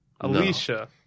Alicia